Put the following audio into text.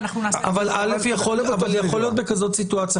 יכול להיות בכזאת סיטואציה,